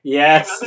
yes